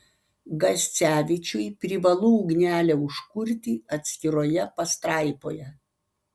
gascevičiui privalu ugnelę užkurti atskiroje pastraipoje